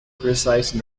criticized